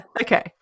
okay